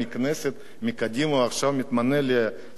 ועכשיו מתמנה לשר בממשלת ישראל.